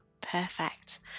perfect